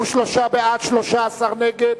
ובכן, בעד, 53, נגד,